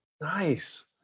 Nice